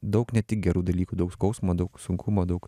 daug ne tik gerų dalykų daug skausmo daug sunkumo daug